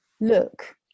look